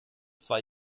zwei